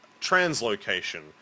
Translocation